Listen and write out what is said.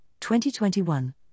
2021